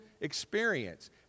experience